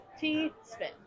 T-Spin